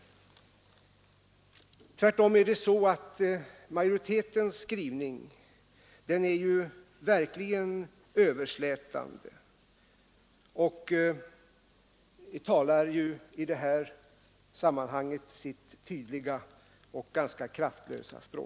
Däremot är majoritetens skrivning verkligen överslätande. Den talar i detta sammanhang sitt tydliga och ganska kraftlösa språk.